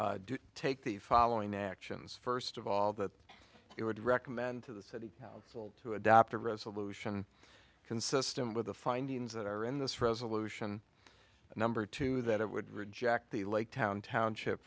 board take the following actions first of all that it would recommend to the city council to adopt a resolution consistent with the findings that are in this resolution and number two that it would reject the late towne township